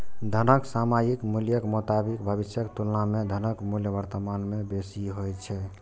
धनक सामयिक मूल्यक मोताबिक भविष्यक तुलना मे धनक मूल्य वर्तमान मे बेसी होइ छै